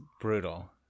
brutal